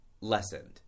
lessened